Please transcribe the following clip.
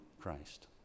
Christ